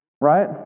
right